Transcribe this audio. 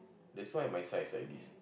that's why my size like this